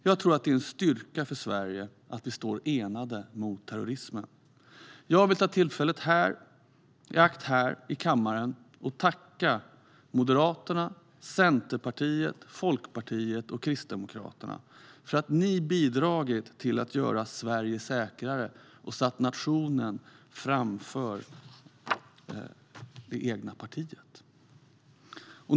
Jag tror att det är en styrka för Sverige att vi står enade mot terrorismen. Jag vill ta tillfället i akt att här i kammaren tacka Moderaterna, Centerpartiet, Liberalerna och Kristdemokraterna för att ni har bidragit till att göra Sverige säkrare och satt nationen framför det egna partiet.